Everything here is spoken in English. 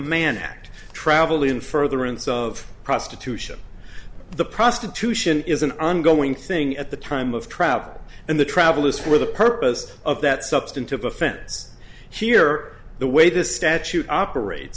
act travel in furtherance of prostitution the prostitution is an ongoing thing at the time of travel and the travel is for the purpose of that substantive offense here the way the statute operate